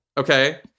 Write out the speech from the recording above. Okay